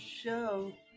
show